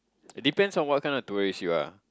depend on what kind of duress you are